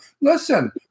Listen